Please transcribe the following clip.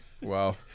Wow